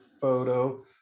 photo